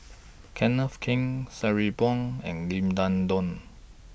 Kenneth Keng Sabri Buang and Lim Denan Denon